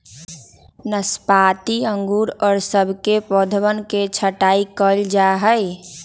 नाशपाती अंगूर और सब के पौधवन के छटाई कइल जाहई